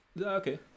Okay